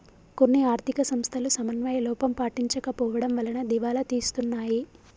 కొన్ని ఆర్ధిక సంస్థలు సమన్వయ లోపం పాటించకపోవడం వలన దివాలా తీస్తున్నాయి